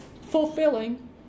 fulfilling